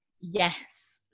yes